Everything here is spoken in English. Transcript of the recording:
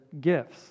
gifts